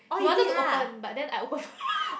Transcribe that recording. he wanted to open but then I open